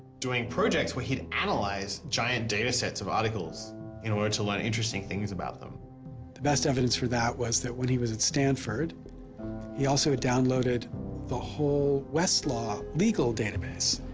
doing projects where he had analyzed giant datasets of articles in order to learn interesting things about them the best evidence for that is that when he was at stanford he also downloaded the whole westlaw legal database.